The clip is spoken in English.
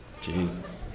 Jesus